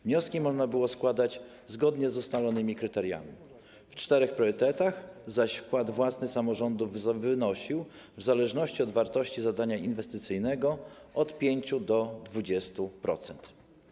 Wnioski można było składać zgodnie z ustalonymi kryteriami w ramach czterech priorytetów, zaś wkład własny samorządu wynosił w zależności od wartości zadania inwestycyjnego od 5% do 20%.